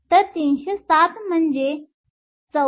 तर 307 म्हणजे 34